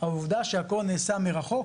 העובדה שהכל נעשה מרחוק,